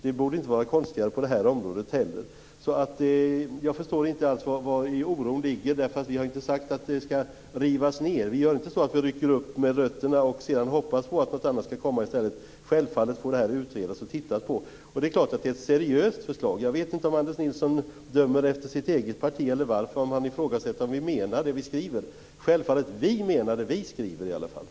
Det borde inte vara konstigare på det här området heller. Så jag förstår inte alls vari oron ligger. Vi har ju inte sagt att det skall rivas ned. Vi gör inte så att vi rycker upp med rötterna och sedan hoppas på att något annat skall komma i stället. Självfallet får det här utredas. Vi får titta på det. Det är klart att det är ett seriöst förslag. Jag vet inte om Anders Nilsson dömer efter sitt eget parti och att det är därför han ifrågasätter om vi menar vad vi skriver. Självfallet menar vi det vi skriver i alla fall.